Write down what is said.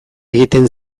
egiten